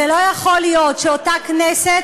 לא יכול להיות שאותה כנסת